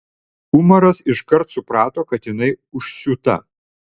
umaras iškart suprato kad jinai užsiūta